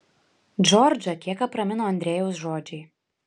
džordžą kiek apramino andrejaus žodžiai